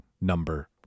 number